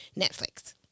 Netflix